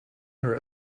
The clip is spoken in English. her